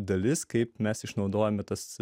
dalis kaip mes išnaudojame tas